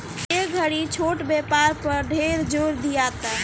ए घड़ी छोट व्यापार पर ढेर जोर दियाता